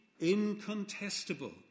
incontestable